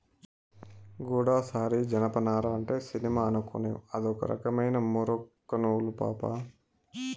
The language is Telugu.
గూడసారి జనపనార అంటే సినిమా అనుకునేవ్ అదొక రకమైన మూరొక్క నూలు పాపా